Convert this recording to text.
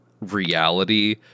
reality